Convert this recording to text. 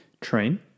train